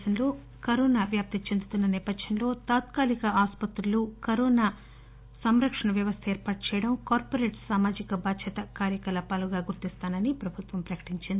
దేశంలో కరోనా వ్యాప్తి చెందుతున్న సేపథ్యంలో తాత్కాలిక ఆసుపత్రులు కరోనా సంరక్షణ వ్యవస్థను ఏర్పాటు చేయడం కార్పొరేట్ సామాజిక బాధ్యత కార్యకలాపాలకు గుర్తిస్తానని ప్రభుత్వం తెలియచేసింది